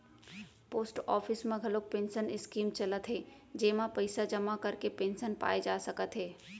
post office म घलोक pension scheme चलत हे जेमा पइसा जमा करके पेंसन पाए जा सकत हे